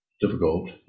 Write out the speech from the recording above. difficult